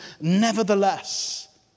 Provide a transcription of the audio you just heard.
nevertheless